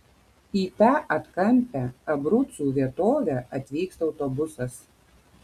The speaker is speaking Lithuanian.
į tą atkampią abrucų vietovę atvyksta autobusas